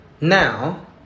now